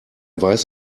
weiß